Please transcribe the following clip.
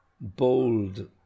bold